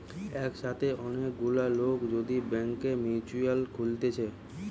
একসাথে অনেক গুলা লোক যদি ব্যাংকে মিউচুয়াল খুলতিছে